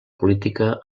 política